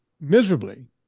miserably